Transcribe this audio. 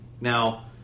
Now